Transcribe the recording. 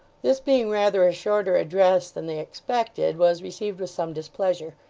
this being rather a shorter address than they expected, was received with some displeasure,